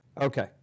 Okay